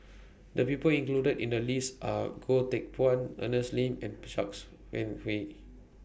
The People included in The list Are Goh Teck Phuan Ernest and Pshanks and Wee